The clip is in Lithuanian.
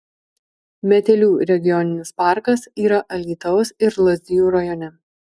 metelių regioninis parkas yra alytaus ir lazdijų rajone